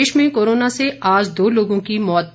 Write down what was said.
प्रदेश में कोरोना से आज दो लोगों की मौत भी हुई